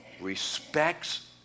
respects